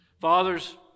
Fathers